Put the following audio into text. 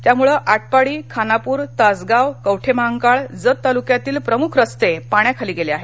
त्यामुळे आटपाडी खानापूर तासगाव कवठे महांकाळ जत तालुक्यातील प्रमुख रस्ते रस्ते पाण्याखाली गेले आहेत